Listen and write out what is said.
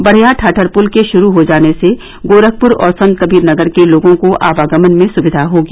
बढ़या ठाठर पुल के शुरू हो जाने से गोरखपुर और संतकबीरनगर के लोगों को आवागमन में सुविधा होगी